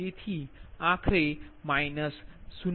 તેથી આખરે 0